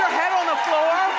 head on the floor?